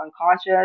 unconscious